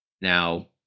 Now